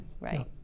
right